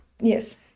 Yes